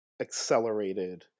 accelerated